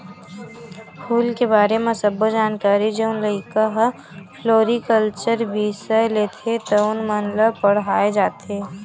फूल के बारे म सब्बो जानकारी जउन लइका ह फ्लोरिकलचर बिसय लेथे तउन मन ल पड़हाय जाथे